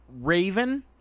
Raven